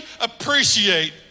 appreciate